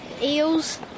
eels